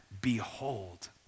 behold